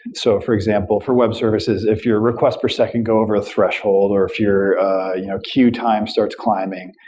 so, for example, for web services, if your request for second go over a threshold or if your you know queue time starts climbing,